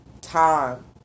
time